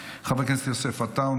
חבר הכנסת יוסף עטאונה,